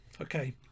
okay